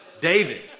David